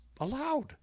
allowed